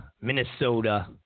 Minnesota